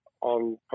on